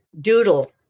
doodle